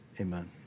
Amen